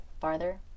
farther